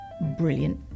brilliant